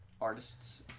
artists